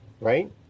right